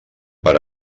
per